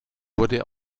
wurde